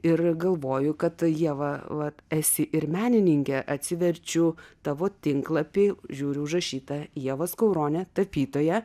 ir galvoju kad ieva vat esi ir menininkė atsiverčiu tavo tinklapį žiūriu užrašyta ieva skauronė tapytoja